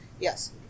yes